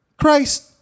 Christ